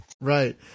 Right